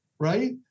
right